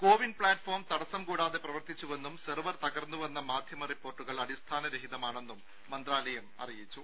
CoWIN platform തടസ്സം കൂടാതെ പ്രവർത്തിച്ചുവെന്നും സെർവർ തകർന്നുവെന്ന മാധ്യമ റിപ്പോർട്ടുകൾ അടിസ്ഥാനരഹിതമാണെന്നും മന്ത്രാലയം അറിയിച്ചു